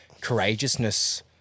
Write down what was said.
courageousness